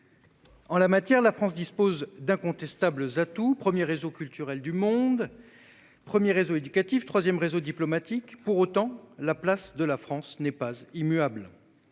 En la matière, la France dispose d'incontestables atouts : premier réseau culturel au monde, premier réseau éducatif, troisième réseau diplomatique. Pour autant, la place de la France n'est pas immuable.